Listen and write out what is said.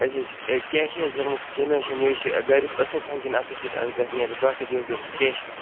أسۍ حظ چھِ کیشِی حظ دِموکیٚنٛہہ نہٕ حظ چھُ نہٕ یہِ حظ چھُ گریُک اَصٕل فنٛکشن اَتھ حظ گژھِ الگ نیرٕنۍ باقٕے سُہ تہِ حظ گَژھِ کیشِی